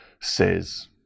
says